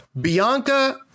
Bianca